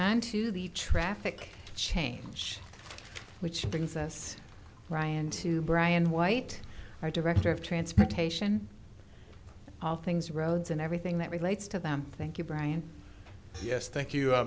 onto the traffic change which brings us ryan to brian white our director of transportation all things roads and everything that relates to them thank you brian yes thank you